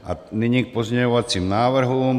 A nyní k pozměňovacím návrhům.